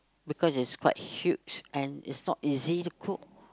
because is quite huge and its not easy to cook